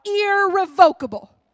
irrevocable